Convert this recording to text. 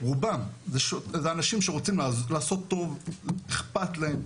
רובם זה אנשים שרוצים לעשות טוב, אכפת להם.